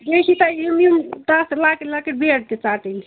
بیٚیہِ چھُو تۄہہِ یِم یِم تَتھ لَکٕٹۍ لَکٕٹۍ بیٚڈ تہِ ژَٹٕنۍ